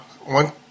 one